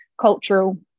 cultural